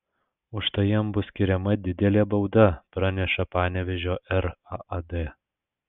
už tai jam bus skiriama didelė bauda praneša panevėžio raad